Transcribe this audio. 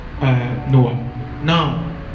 now